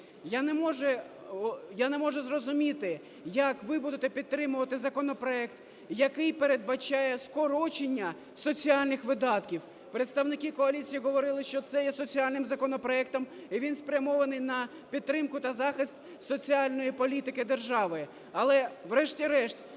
Я не можу зрозуміти, як ви будете підтримувати законопроект, який передбачає скорочення соціальних видатків. Представники коаліції говорили, що це є соціальним законопроектом і він спрямований на підтримку та захист соціальної політики держави. Але врешті-решт